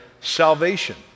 salvation